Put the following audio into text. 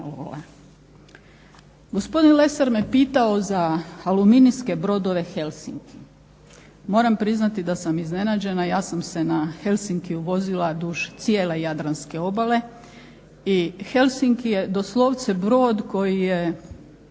Vargarola. Gospodin Lesar me pitao za aluminijske brodove Helsinki, moram priznati da sam iznenađena. Ja sam se na Helsinkiju vozila duž cijele jadranske obale i Helsinki je doslovce brod koji je